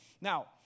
Now